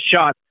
shot